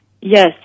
Yes